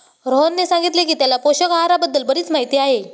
रोहनने सांगितले की त्याला पोषक आहाराबद्दल बरीच माहिती आहे